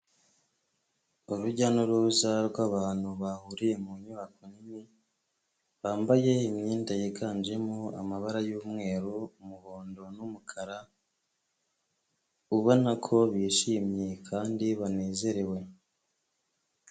Urujya n'uruza rw'abantu bahuriye mu nyubako nini, bambaye imyenda yiganjemo amabara y'umweru, umuhondo n'umukara, ubona ko bishimye kandi banezerewe.